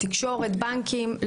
תקשורת, בנקים?